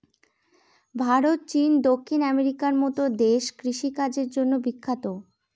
ভারত, চীন, দক্ষিণ আমেরিকার মতো দেশ কৃষিকাজের জন্য বিখ্যাত